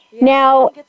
Now